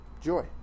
joy